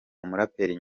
umuraperi